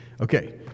Okay